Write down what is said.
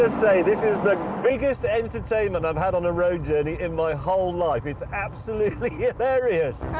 and say, this is the biggest entertainment i've had on a road journey in my whole life. it's absolutely hilarious.